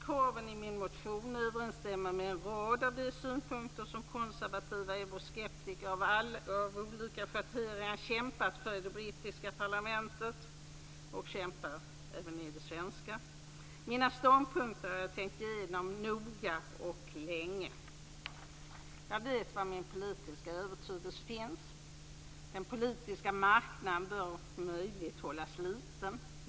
Kraven i min motion överensstämmer med en rad av de synpunkter som konservativa euroskeptiker av olika schatteringar kämpat och kämpar för i det brittiska parlamentet och även i det svenska. Mina ståndpunkter har jag tänkt igenom noga och länge. Jag vet var min politiska övertygelse finns. Den politiska marknaden bör om möjligt hållas liten.